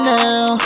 now